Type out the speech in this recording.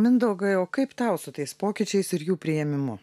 mindaugai o kaip tau su tais pokyčiais ir jų priėmimu